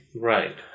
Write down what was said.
Right